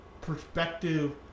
perspective